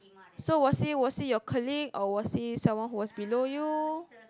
so was he was he your colleague or was he someone who was below you